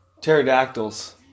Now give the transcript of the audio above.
Pterodactyls